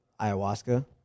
ayahuasca